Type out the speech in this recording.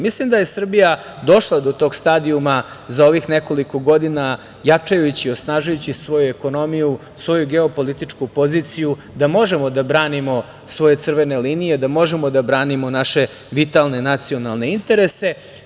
Mislim da je Srbija došla do tog stadijuma za ovih nekoliko godina, jačajući i osnažujući svoju ekonomiju, svoju geopolitičku poziciju, da možemo da branimo svoje crvene linije, da možemo da branimo naše vitalne nacionalne interese.